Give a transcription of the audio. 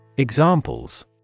Examples